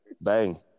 Bang